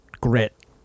grit